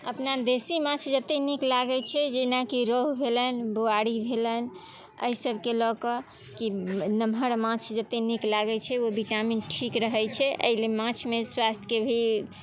अपना देसी माछ जतेक नीक लागै छै जेना कि रोहू भेलनि बुआरी भेलनि एहिसबके लऽ कऽ कि नम्हर माछ जतेक नीक लागै छै ओ विटामिन ठीक रहै छै एहिले माछमे स्वास्थ्यके भी